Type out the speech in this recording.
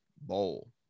bowl